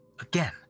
again